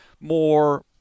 more